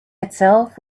itself